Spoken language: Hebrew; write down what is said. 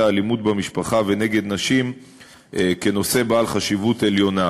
האלימות במשפחה ונגד נשים כנושא בעל חשיבות עליונה,